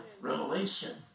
Revelation